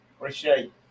appreciate